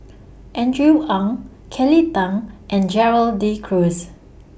Andrew Ang Kelly Tang and Gerald De Cruz